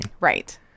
Right